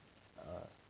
uh